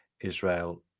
israel